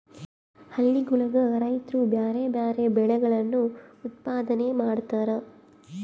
ಹಳ್ಳಿಗುಳಗ ರೈತ್ರು ಬ್ಯಾರೆ ಬ್ಯಾರೆ ಬೆಳೆಗಳನ್ನು ಉತ್ಪಾದನೆ ಮಾಡತಾರ